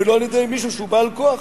ולא על-ידי מישהו שהוא בעל כוח,